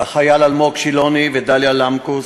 של החייל אלמוג שילוני ודליה למקוס,